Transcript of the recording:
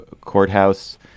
courthouse